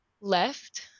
left